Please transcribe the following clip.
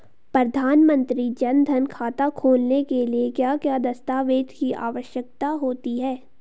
प्रधानमंत्री जन धन खाता खोलने के लिए क्या क्या दस्तावेज़ की आवश्यकता होती है?